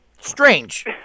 strange